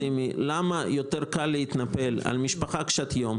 למה יותר קל להתנפל על משפחה קשת יום,